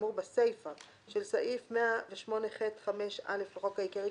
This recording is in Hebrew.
האמור בסיפה של סעיף 108ח(5)(א) לחוק העיקרי,